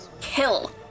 kill